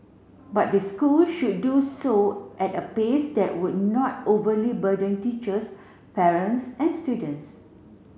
but the school should do so at a pace that would not overly burden teachers parents and students